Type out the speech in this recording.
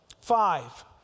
Five